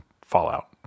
Fallout